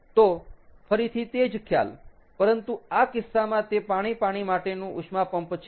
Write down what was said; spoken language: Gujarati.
તો ફરીથી તે જ ખ્યાલ પરંતુ આ કિસ્સામાં તે પાણી પાણી માટેનું ઉષ્મા પંપ છે